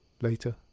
later